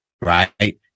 Right